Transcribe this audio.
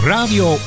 Radio